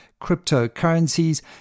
cryptocurrencies